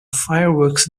fireworks